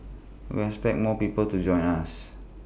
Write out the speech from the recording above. we expect more people to join us